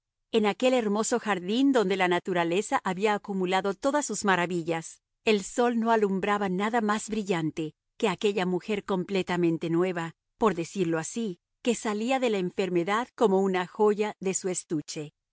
en aquel hermoso jardín donde la naturaleza había acumulado todas sus maravillas el sol no alumbraba nada más brillante que aquella mujer completamente nueva por decirlo así que salía de la enfermedad como una joya de su estuche